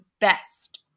best